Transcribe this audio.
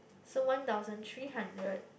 so one thousand three hundred